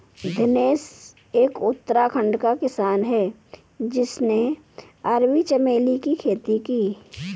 दिनेश एक उत्तराखंड का किसान है जिसने अरबी चमेली की खेती की